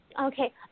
Okay